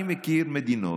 אני מכיר מדינות,